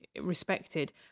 respected